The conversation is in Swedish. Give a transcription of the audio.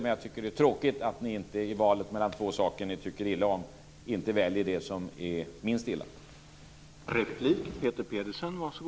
Men jag tycker att det är tråkigt att ni inte i valet mellan två saker ni tycker illa om väljer det som ni tycker är minst illa.